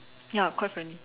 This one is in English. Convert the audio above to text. ya quite friendly